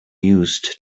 used